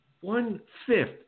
one-fifth